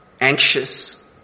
anxious